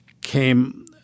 came